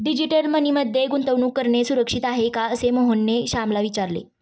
digital money मध्ये गुंतवणूक करणे सुरक्षित आहे का, असे मोहनने श्यामला विचारले